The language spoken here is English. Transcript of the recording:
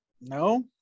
no